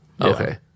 Okay